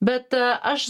bet aš